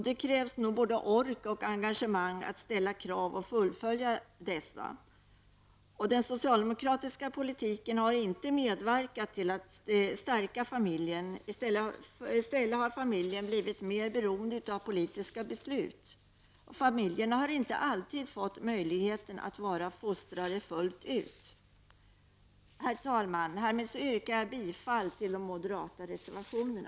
Det krävs både ork och engagemang att ställa krav och att fullfölja dessa. Den socialdemokratiska politiken har inte medverkat till att stärka familjen. I stället har familjen blivit mer beroende av politiska beslut. Familjerna har inte alltid fått möjligheten att vara fostrare fullt ut. Herr talman! Jag yrkar bifall till de moderata reservationerna.